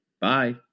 Bye